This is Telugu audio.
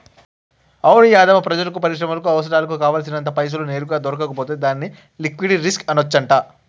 అవును యాధమ్మా ప్రజలకు పరిశ్రమలకు అవసరాలకు కావాల్సినంత పైసలు నేరుగా దొరకకపోతే దాన్ని లిక్విటీ రిస్క్ అనవచ్చంట